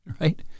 right